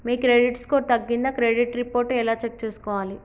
మీ credit score తగ్గిందా credit report ఎలా check చేసుకోవాలి?